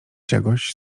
czegoś